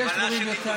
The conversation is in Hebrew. יש דברים יותר קשים,